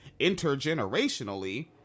intergenerationally